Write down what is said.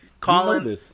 Colin